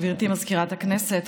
גברתי מזכירת הכנסת,